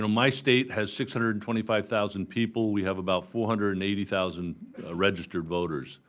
you know my state has six hundred and twenty five thousand people. we have about four hundred and eighty thousand registered voters.